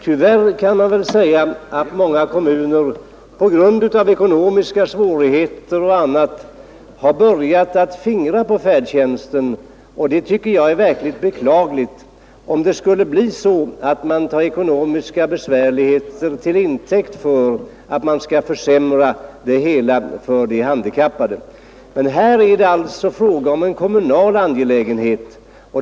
Tyvärr kan man säga att många kommuner på grund av ekonomiska och andra svårigheter har börjat att fingra på färdtjänsten. Jag tycker det vore verkligt beklagligt om det skulle bli så att man tar ekonomiska besvärligheter till intäkt för att försämra villkoren för de handikappade. Här är det alltså fråga om en kommunal angelägenhet.